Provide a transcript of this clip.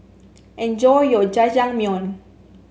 enjoy your Jajangmyeon